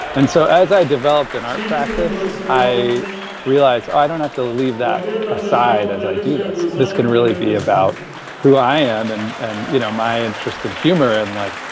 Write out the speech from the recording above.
and so as i developed an art practice, i realised, oh i don't have to leave that aside as i do this this can really be about who i am and and, you know, my interest in humour and, like,